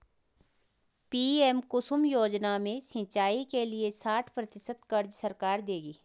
PM Kusum योजना में सिंचाई के लिए साठ प्रतिशत क़र्ज़ सरकार देगी